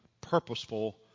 purposeful